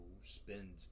spend